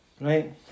right